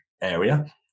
area